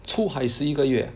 出海十一个月 ah